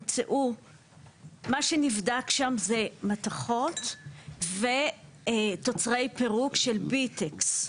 מה שנבדק שם זה מתכות ותוצרי פירוק של ביטקס,